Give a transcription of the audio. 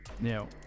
now